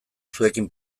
zuekin